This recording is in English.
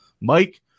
Mike